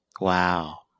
Wow